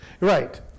Right